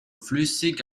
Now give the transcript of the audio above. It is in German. flüssig